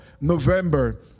November